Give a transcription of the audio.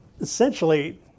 essentially